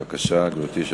בבקשה, גברתי.